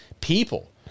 people